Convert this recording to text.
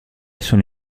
sono